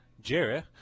Jerry